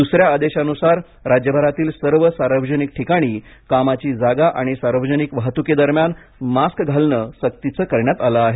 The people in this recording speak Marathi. दुसऱ्या आदेशानुसार राज्यभरातील सर्व सार्वजनिक ठिकाणी कामाची जागा आणि सार्वजनिक वाहतुकी दरम्यान मास्क घालणे सक्तीचे करण्यात आलं आहे